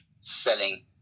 selling